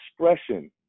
expression